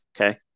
Okay